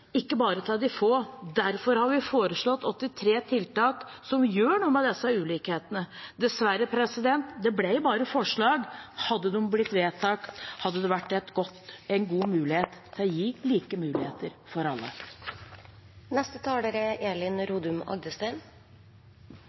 ikke bare til de få. Derfor har vi foreslått 83 tiltak som gjør noe med disse ulikhetene. Dessverre blir det bare forslag. Hadde de blitt vedtatt, hadde det vært en god mulighet til å gi like muligheter for alle. Norge er